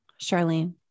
Charlene